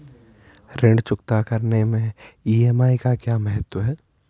ऋण चुकता करने मैं ई.एम.आई का क्या महत्व है?